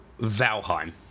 Valheim